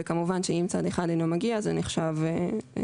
וכמובן שאם צד אחד אינו מגיע זה נחשב שיש,